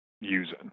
using